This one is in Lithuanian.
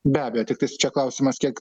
be abejo tiktais čia klausimas kiek